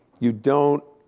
you don't,